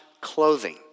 clothing